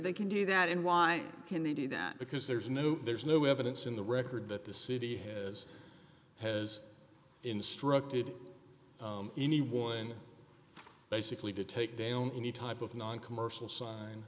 they can do that and why can they do that because there's no there's no evidence in the record that the city has has instructed anyone basically to take down any type of noncommercial sign